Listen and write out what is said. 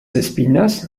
espinas